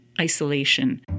isolation